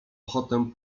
ochotę